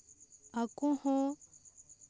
ᱟᱠᱚ ᱦᱚᱸ